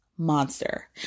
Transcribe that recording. monster